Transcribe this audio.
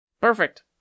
Perfect